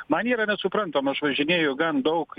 man yra nesuprantama aš važinėju gan daug